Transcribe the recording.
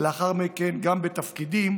ולאחר מכן גם בתפקידים